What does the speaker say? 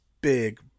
big